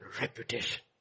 reputation